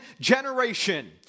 generation